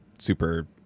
Super